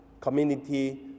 community